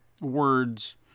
words